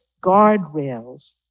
guardrails